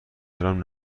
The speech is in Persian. دارم